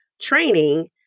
training